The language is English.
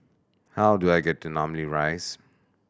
how do I get to Namly Rise